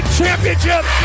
championship